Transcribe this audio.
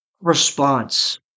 response